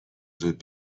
زود